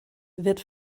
wird